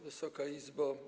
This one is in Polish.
Wysoka Izbo!